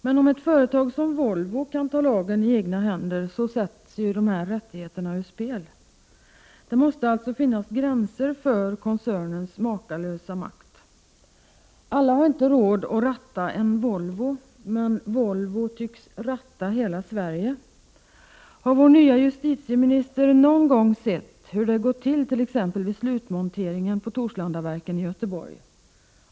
Men om ett företag som Volvo kan ta lagen i egna händer sätts ju rättigheterna ur spel. Det måste finnas gränser för koncernens makalösa makt. Alla har inte råd att ratta en Volvo, men Volvo tycks ratta hela Sverige. Har vår nya justitieminister någon gång sett hur det går till vid t.ex. slutmonteringen på Torslandaverken i Göteborg?